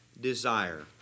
desire